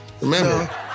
Remember